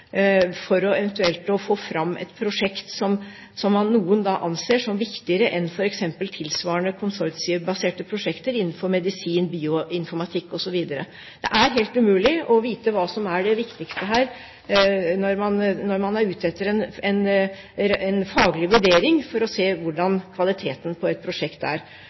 for eventuelt å få fram et prosjekt som noen anser som viktigere enn f.eks. tilsvarende konsortiebaserte prosjekter innenfor medisin, bioinformatikk osv. Det er helt umulig å vite hva som er det viktigste her når man er ute etter en faglig vurdering for å se hvordan kvaliteten på et prosjekt er.